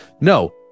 No